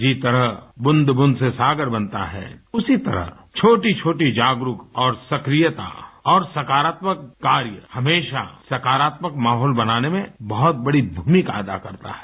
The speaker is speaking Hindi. जिस तरह ब्रूंद ब्रूंद से सागर बनता है उसी तरह छोटी छोटी जागरुक और सक्रियता और सकारात्मक कार्य हमेशा सकारात्मक माहौल बनाने में बहुत बड़ी भूमिका अदा करता है